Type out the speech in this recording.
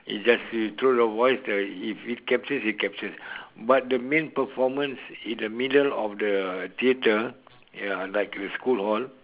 it's just you throw you voice if it captures it captures but the main performance in the middle of the theater ya like the school hall